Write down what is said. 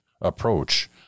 approach